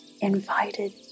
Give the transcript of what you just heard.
invited